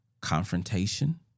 confrontation